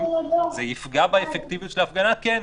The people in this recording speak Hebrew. זה יפגע באפקטיביות של ההפגנה, כן.